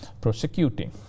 prosecuting